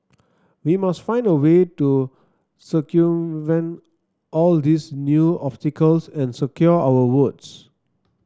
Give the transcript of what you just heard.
we must find a way to circumvent all these new obstacles and secure our votes